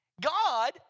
God